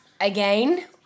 again